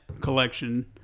collection